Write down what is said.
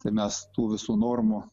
tai mes tų visų normų